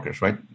right